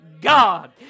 God